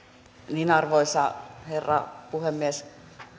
arvoisa herra puhemies